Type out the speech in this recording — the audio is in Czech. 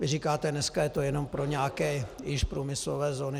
Vy říkáte: dneska je to jenom pro nějaké již průmyslové zóny.